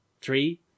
three